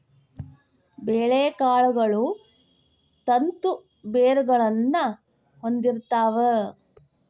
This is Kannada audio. ಬೇಳೆಕಾಳುಗಳು ತಂತು ಬೇರುಗಳನ್ನಾ ಹೊಂದಿರ್ತಾವ